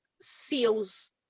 seals